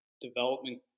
development